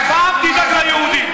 פעם תדאג ליהודים,